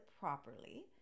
properly